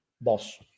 Boss